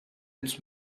its